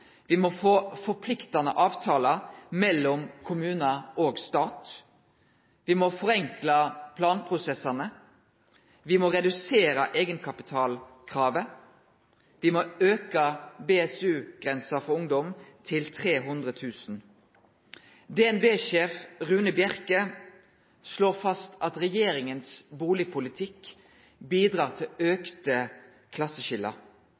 må få forpliktande avtalar mellom kommunar og stat. Me må forenkle planprosessane. Me må redusere eigenkapitalkravet. Me må auke BSU-grensa for ungdom til 300 000 kr. DnB-sjef Rune Bjerke slår fast at regjeringa sin bustadpolitikk bidreg til